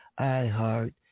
iHeart